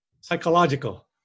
Psychological